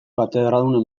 katedradun